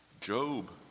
Job